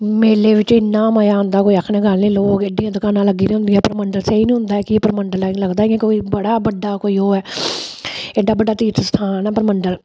मेले बिच्च इन्ना मजा आंदा आखने दी गल्ल नेईं लोक एड्डियां दकानां लग्गी दियां होंदियां परमंडल स्हेई निं होंदा कि एह् परमंडल ऐ लगदा इ'यां कोई बड़ा बड्डा कोई ओह् ऐ एड्डा बड्डा तीर्थ स्थान ऐ परमंडल